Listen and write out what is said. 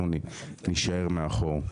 אנחנו נישאר מאחור.